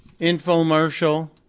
infomercial